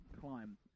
climb